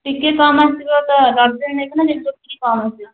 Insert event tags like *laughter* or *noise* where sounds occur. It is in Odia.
ଟିକେ କମ୍ ଆସିବ ତ *unintelligible* ଟିକେ କମ୍ ଆସିବ